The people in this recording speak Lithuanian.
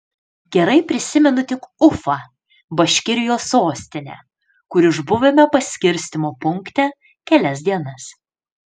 gerai prisimenu tik ufą baškirijos sostinę kur išbuvome paskirstymo punkte kelias dienas